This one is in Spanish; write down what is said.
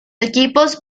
equipos